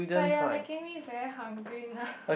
but you're making me very hungry now